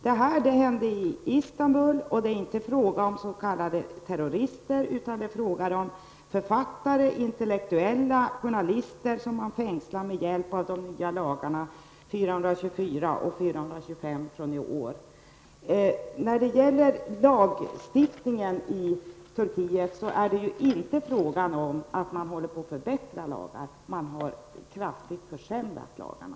Detta hände i Istanbul, och det är inte fråga om s.k. terrorister, utan det är fråga om författare, intellektuella och journalister som man fängslar med hjälp av de nya lagarna 424 och 425 från i år. När det gäller lagstiftningen i Turkiet är det inte fråga om att man håller på och förbättrar lagar. Man har kraftigt försämrat lagarna.